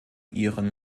ihren